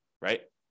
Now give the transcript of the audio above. right